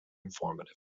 informative